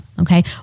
Okay